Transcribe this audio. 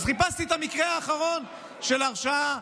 אז חיפשתי את המקרה האחרון של הרשעה